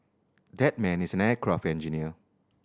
that man is an aircraft engineer